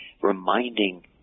reminding